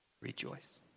Rejoice